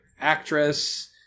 actress